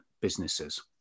businesses